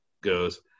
goes